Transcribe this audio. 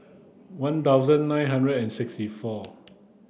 one thousand nine hundred and sixty four